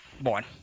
born